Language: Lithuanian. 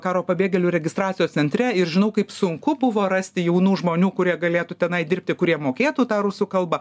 karo pabėgėlių registracijos centre ir žinau kaip sunku buvo rasti jaunų žmonių kurie galėtų tenai dirbti kurie mokėtų tą rusų kalbą